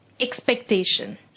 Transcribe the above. expectation